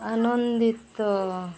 ଆନନ୍ଦିତ